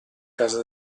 casa